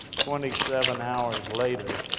twenty seven hours later,